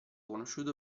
conosciuto